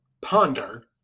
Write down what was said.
ponder